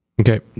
Okay